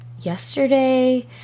yesterday